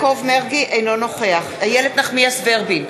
אינו נוכח איילת נחמיאס ורבין,